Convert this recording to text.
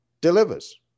delivers